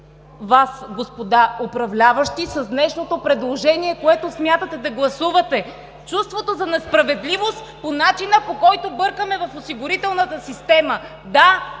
Вас, господа управляващи, с днешното предложение, което смятате да гласувате (шум и реплики), чувството за несправедливост по начина, по който бъркаме в осигурителната система. Да,